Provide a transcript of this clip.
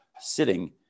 sitting